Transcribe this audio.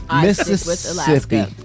Mississippi